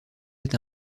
est